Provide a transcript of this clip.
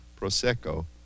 Prosecco